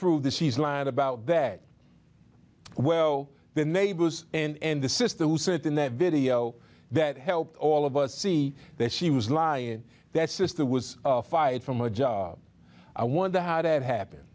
prove that she's lying about that well the neighbor and the sister who sit in that video that helped all of us see that she was lying that sister was fired from a job i wonder how that happened